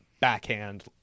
backhand